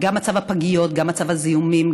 גם מצב הפגיות, גם מצב הזיהומים,